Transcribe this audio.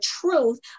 truth